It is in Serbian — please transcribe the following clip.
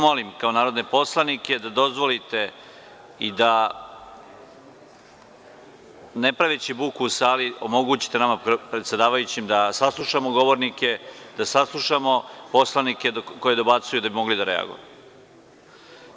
Molim vas kao narodne poslanike da dozvolite i da ne praveći buku u sali omogućite nama predsedavajućem da saslušamo govornike, da saslušamo poslanike koji dobacuju da bi mogli da reagujemo.